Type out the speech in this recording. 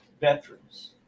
veterans